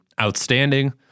outstanding